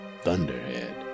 Thunderhead